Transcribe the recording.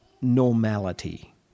normality